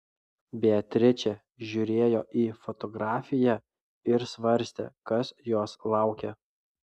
beatričė žiūrėjo į fotografiją ir svarstė kas jos laukia